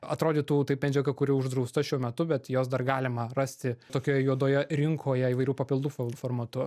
atrodytų taip medžiaga kuri uždrausta šiuo metu bet jos dar galima rasti tokioje juodoje rinkoje įvairių papildų fol formatu